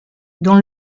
dont